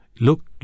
look